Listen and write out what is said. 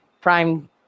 Prime